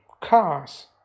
cars